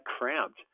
cramped